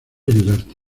ayudarte